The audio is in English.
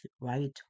right